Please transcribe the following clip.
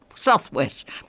Southwest